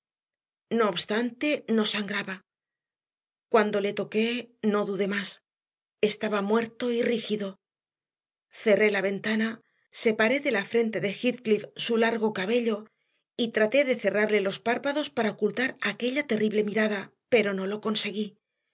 no obstante no sangraba cuando le toqué no dudé más estaba muerto y rígido cerré la ventana separé de la frente de heathcliff su largo cabello y traté de cerrarle los párpados para ocultar aquella terrible mirada pero no lo conseguí